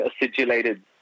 acidulated